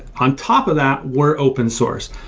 on top of that, we're open-source.